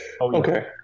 Okay